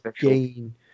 gain